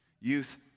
Youth